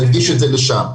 נקדיש את זה לשם.